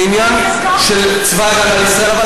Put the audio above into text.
זה עניין של צבא ההגנה לישראל.